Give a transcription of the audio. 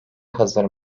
hazır